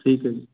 ਠੀਕ ਹੈ ਜੀ